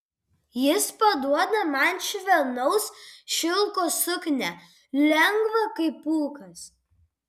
jis paduoda man švelnaus šilko suknią lengvą kaip pūkas